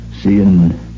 seeing